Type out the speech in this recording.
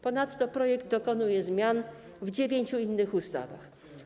Ponadto projekt dokonuje zmian w dziewięciu innych ustawach.